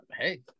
Hey